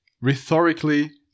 rhetorically